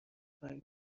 تایم